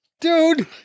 Dude